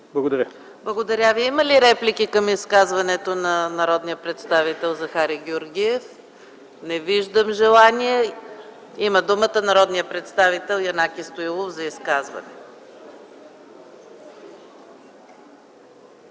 МИХАЙЛОВА: Благодаря Ви. Има ли реплики към изказването на народния представител Захари Георгиев? Не виждам желание. Народният представител Янаки Стоилов има думата